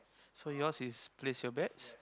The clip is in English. so your's place your bets